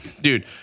dude